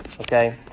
Okay